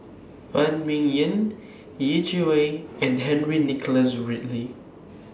Phan Ming Yen Yeh Chi Wei and Henry Nicholas Ridley